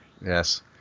yes